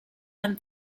and